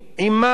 עם מה?